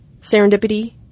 Serendipity